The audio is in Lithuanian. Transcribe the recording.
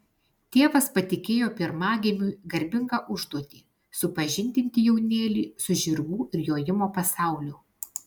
tėvas patikėjo pirmagimiui garbingą užduotį supažindinti jaunėlį su žirgų ir jojimo pasauliu